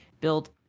build